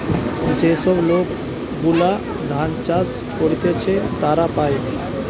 যে সব লোক গুলা ধান চাষ করতিছে তারা পায়